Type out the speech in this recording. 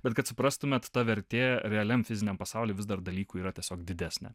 bet kad suprastumėt ta vertė realiam fiziniam pasauly vis dar dalykų yra tiesiog didesnė